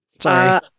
Sorry